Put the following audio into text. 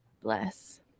bless